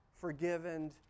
forgiven